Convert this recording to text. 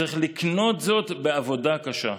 צריך לקנות זאת בעבודה קשה.